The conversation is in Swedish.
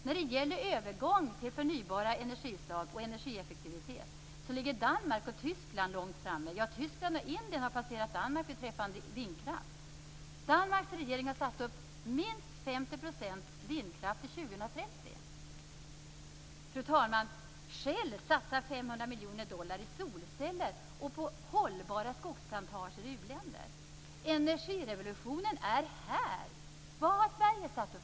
När det gäller övergång till förnybara energislag och energieffektivitet ligger Danmark och Tyskland långt framme. Tyskland och Indien har passerat Danmark beträffande vindkraft. Danmarks regering har satt upp målet att minst 50 % av energin skall komma från vindkraft år 2030. Fru talman! Shell satsar 500 miljoner dollar på solceller och på hållbara skogsplantager i u-länder. Energirevolutionen är här. Vilka mål har Sverige satt upp?